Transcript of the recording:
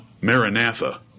maranatha